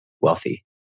Wealthy